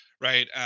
right